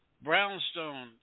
Brownstone